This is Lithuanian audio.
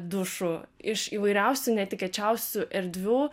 dušų iš įvairiausių netikėčiausių erdvių